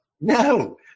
No